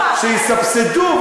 שיסבסדו,